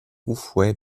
houphouët